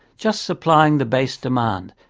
just supplying the base demand.